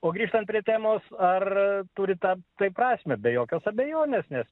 o grįžtant prie temos ar turi ta tai prasmę be jokios abejonės nes